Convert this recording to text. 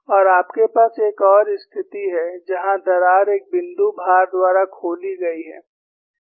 और आपके पास एक और स्थिति है जहां दरार एक बिंदु भार द्वारा यहां खोली गई है